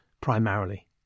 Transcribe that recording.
primarily